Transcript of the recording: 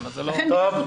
זה לא קשור.